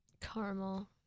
Caramel